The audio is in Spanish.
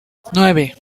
nueve